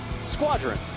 Squadron